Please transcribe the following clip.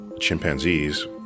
chimpanzees